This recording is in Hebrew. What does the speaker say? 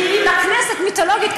כי בכנסת היא מיתולוגית,